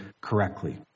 correctly